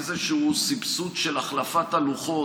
איזשהו סבסוד של החלפת הלוחות.